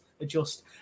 adjust